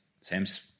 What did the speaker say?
Sam's